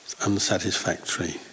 unsatisfactory